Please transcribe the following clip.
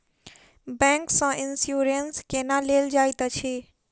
bank सँ insurance केना लेल जाइत अछि